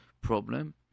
problem